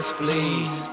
please